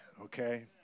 okay